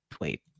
wait